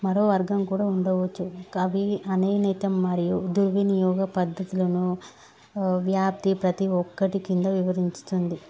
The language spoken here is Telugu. మరో వర్గం కూడా ఉండవచ్చు అవి అనేనితం మరియు దుర్వినియోగ పద్ధతులను వ్యాప్తి ప్రతి ఒక్కటి కింద వివరించుతుంది